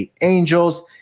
angels